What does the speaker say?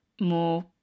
more